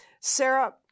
Sarah